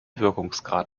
wirkungsgrad